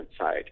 side